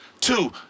Two